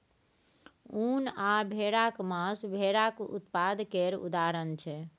उन आ भेराक मासु भेराक उत्पाद केर उदाहरण छै